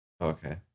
okay